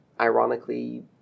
Ironically